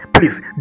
Please